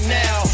now